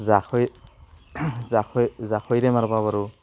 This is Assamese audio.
জাখৈ জাখৈ জাখৈৰে মাৰিব পাৰোঁ